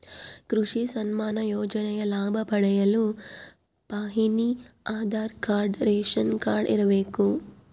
ಕೃಷಿ ಸನ್ಮಾನ್ ಯೋಜನೆಯ ಲಾಭ ಪಡೆಯಲು ಪಹಣಿ ಆಧಾರ್ ಕಾರ್ಡ್ ರೇಷನ್ ಕಾರ್ಡ್ ಇರಬೇಕು